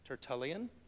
Tertullian